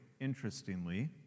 interestingly